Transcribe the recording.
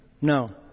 no